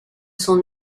son